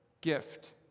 gift